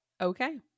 Okay